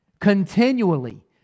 continually